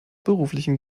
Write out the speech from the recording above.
beruflichen